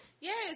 yes